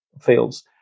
fields